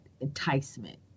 enticement